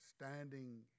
standing